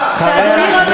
הדיור.